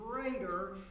greater